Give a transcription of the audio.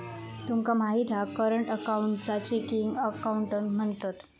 तुमका माहित हा करंट अकाऊंटकाच चेकिंग अकाउंट म्हणतत